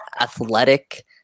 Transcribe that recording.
athletic